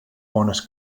bones